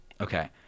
Okay